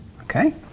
Okay